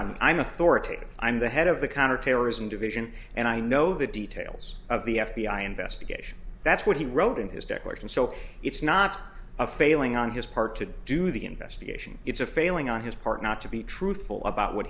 authoritative i'm the head of the counterterrorism division and i know the details of the f b i investigation that's what he wrote in his declaration so it's not a failing on his part to do the investigation it's a failing on his part not to be truthful about what